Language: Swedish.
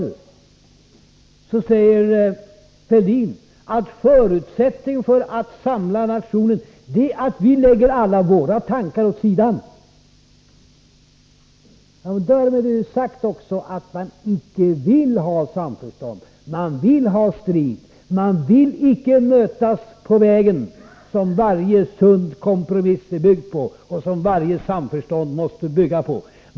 I dag säger Fälldin att förutsättningen för att samla nationen är att vi lägger alla våra tankar åt sidan. Då har man också sagt att man icke vill ha samförstånd, man vill ha strid. Man vill icke mötas på vägen, vilket varje sund kompromiss är byggd på och som varje samförstånd måste bygga på.